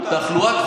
תחלואה הייתה,